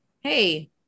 hey